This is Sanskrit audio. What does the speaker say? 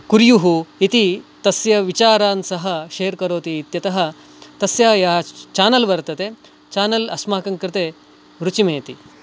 कुर्युः इति तस्य विचारान् सः शेर् करोति इत्यतः तस्य या चानल् वर्तते चानल् अस्माकं कृते रुचिमेति